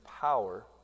power